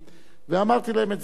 אמרתי להם את זה נכוחה.